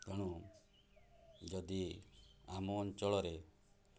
ଯଦି ଆମ ଅଞ୍ଚଳରେ